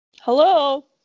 hello